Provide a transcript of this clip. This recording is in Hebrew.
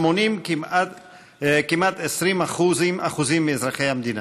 המונים כמעט 20% מאזרחי המדינה.